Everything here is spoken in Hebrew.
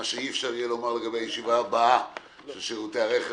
מה שאי-אפשר יהיה לומר לגבי הישיבה הבאה של שירותי הרכב,